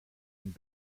und